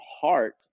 heart